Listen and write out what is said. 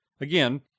Again